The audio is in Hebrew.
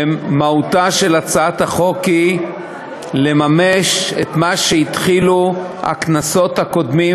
מהותה של הצעת החוק היא לממש את מה שהתחילו הכנסות הקודמים,